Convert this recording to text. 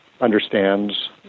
understands